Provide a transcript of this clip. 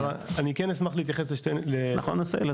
נכון עשהאל,